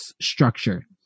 structure